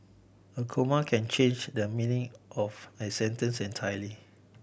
a comma can change the meaning of a sentence entirely